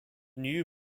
new